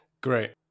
Great